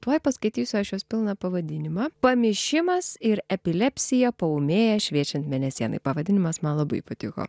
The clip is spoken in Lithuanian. tuoj paskaitysiu aš jos pilną pavadinimą pamišimas ir epilepsija paūmėja šviečiant mėnesienai pavadinimas man labai patiko